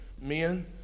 Men